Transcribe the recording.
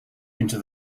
into